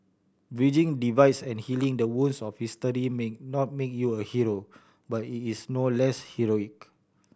bridging divides and healing the wounds of history may not make you a Hero but it is no less heroic